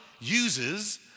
uses